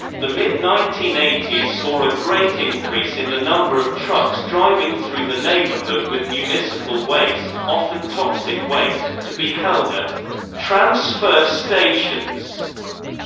the mid nineteen eighty s saw a great increase in the number of trucks driving through the neighborhood with municipal waste, often toxic waste, to be held at transfer stations.